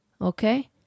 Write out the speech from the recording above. Okay